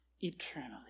eternally